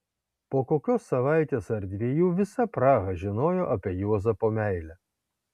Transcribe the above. po kokios savaitės ar dviejų visa praha žinojo apie juozapo meilę